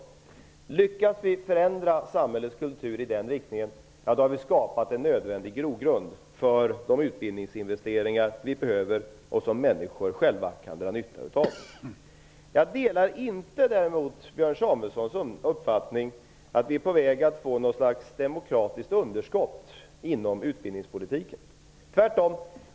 Om vi lyckas förändra samhällets kultur i den riktningen har vi skapat en nödvändig grogrund för de utbildningsinvesteringar som behövs och som människorna själva kan dra nytta av. Jag delar däremot inte Björn Samuelsons uppfattning att vi är på väg att få något slags demokratiskt underskott inom utbildningspolitiken. Det är tvärtom.